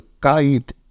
guide